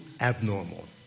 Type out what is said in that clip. abnormal